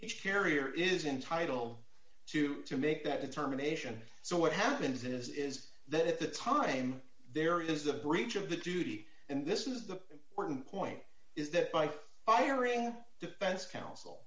carrier carrier is entitle to to make that determination so what happens is is that at the time there is a breach of the duty and this is the important point is that by hiring defense counsel